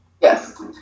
Yes